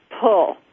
pull